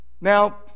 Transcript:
now